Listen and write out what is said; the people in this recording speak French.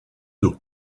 dos